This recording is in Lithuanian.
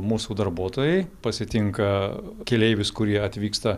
mūsų darbuotojai pasitinka keleivius kurie atvyksta